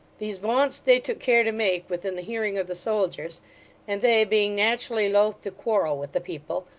these vaunts they took care to make within the hearing of the soldiers and they, being naturally loth to quarrel with the people,